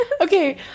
okay